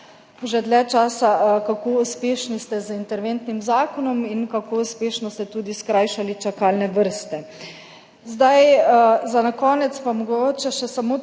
že dlje časa, kako uspešni ste z interventnim zakonom in kako uspešno ste tudi skrajšali čakalne vrste. Za na konec pa mogoče še samo